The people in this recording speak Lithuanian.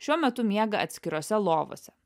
šiuo metu miega atskirose lovose